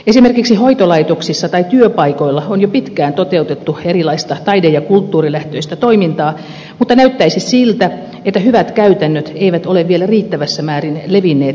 esimerkiksi hoitolaitoksissa tai työpaikoilla on jo pitkään toteutettu erilaista taide ja kulttuurilähtöistä toimintaa mutta näyttäisi siltä että hyvät käytännöt eivät ole vielä riittävässä määrin levinneet koko maahan